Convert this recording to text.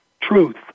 truth